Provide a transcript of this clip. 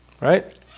Right